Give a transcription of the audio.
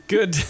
Good